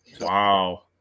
wow